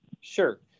Sure